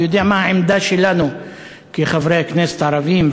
והוא יודע מה העמדה שלנו כחברי הכנסת הערבים,